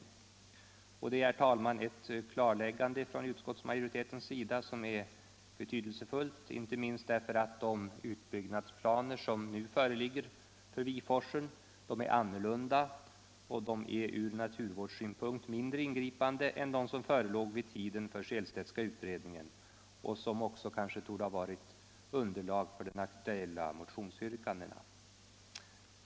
Det är, herr talman, ett klarläggande från utskottsmajoritetens sida som är betydelsefullt, inte minst därför att de utbyggnadsplaner som föreligger för Viforsen är annorlunda och ur naturvårdssynpunkt mindre ingripande än de som förelåg vid tiden för den Sehlstedtska utredningen och som kanske också varit underlag för de aktuella motionsyrkandena.